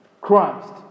Christ